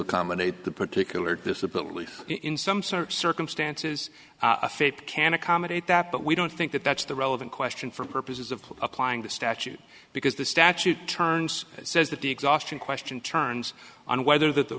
accommodate the particular disability in some sort of circumstances a faith can accommodate that but we don't think that that's the relevant question for purposes of applying the statute because the statute turns says that the exhaustion question turns on whether that